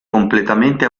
completamente